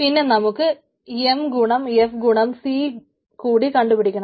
പിന്നെ നമുക്ക് എം ഗുണം എഫ് ഗുണം സി കൂടി കണ്ടുപിടിക്കണം